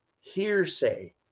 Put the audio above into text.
hearsay